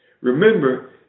Remember